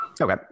Okay